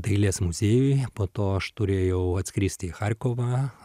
dailės muziejuje po to aš turėjau atskristi į charkovą